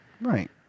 Right